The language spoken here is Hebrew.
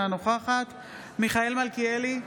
אינה נוכחת מיכאל מלכיאלי,